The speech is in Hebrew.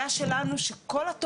הבעיה שברגע שיש